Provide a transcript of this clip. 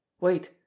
wait